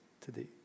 today